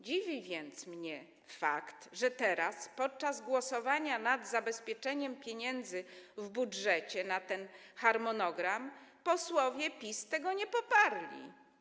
Dziwi mnie więc fakt, że teraz, podczas głosowania nad zabezpieczeniem pieniędzy w budżecie na ten harmonogram, posłowie PiS tego nie poparli.